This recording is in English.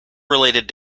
related